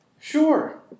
Sure